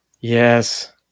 Yes